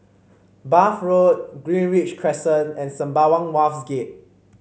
Bath Road Greenridge Crescent and Sembawang Wharves Gate